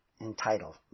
entitled